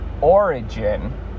origin